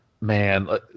man